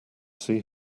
see